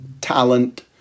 talent